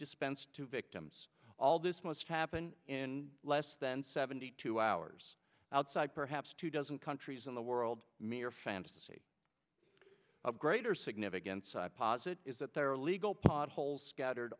dispensed to victims all this must happen in less than seventy two hours outside perhaps two dozen countries in the world mere fantasy of greater significance i posit is that there are legal pot holes scattered